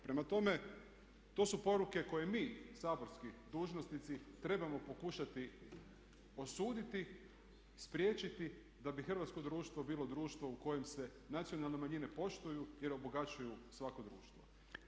Prema tome, to su poruke koje mi saborski dužnosnici trebamo pokušati osuditi, spriječiti da bi hrvatsko društvo bilo društvo u kojem se nacionalne manjine poštuju jer obogaćuju svako društvo.